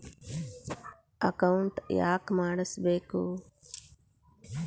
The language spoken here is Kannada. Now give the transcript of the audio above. ಅಕೌಂಟ್ ಯಾಕ್ ಮಾಡಿಸಬೇಕು?